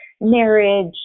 marriage